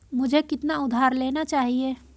मुझे कितना उधार लेना चाहिए?